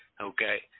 okay